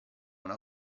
una